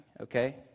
okay